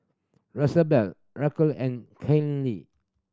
Rosabelle Raquel and Caylee